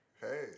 Hey